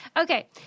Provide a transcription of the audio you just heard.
Okay